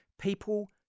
People